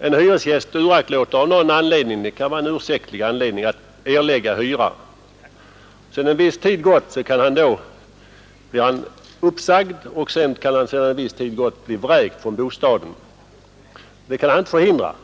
En hyresgäst uraktlåter av någon anledning, och den kan vara ursäktlig, att erlägga hyra. Efter det blir han uppsagd, och sedan kan han efter en viss tid bli vräkt från bostaden. Det kan han inte förhindra.